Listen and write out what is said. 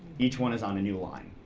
each one is on a new line.